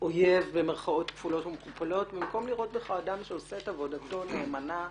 "אויב" במקום לראות בך אדם שעושה את עבודתו נאמנה,